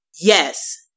Yes